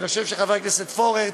חבר הכנסת פורר,